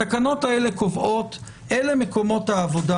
התקנות האלה קובעות שאלה מקומות העבודה